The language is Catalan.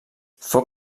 fou